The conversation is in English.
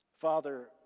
Father